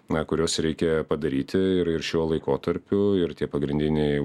na kuriuos reikia padaryti ir ir šiuo laikotarpiu ir tie pagrindiniai